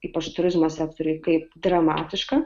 ypač turizmo sektoriuj kaip dramatiška